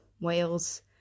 Wales